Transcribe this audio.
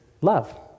love